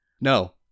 No